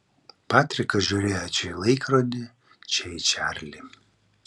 patrikas žiūrėjo čia į laikrodį čia į čarlį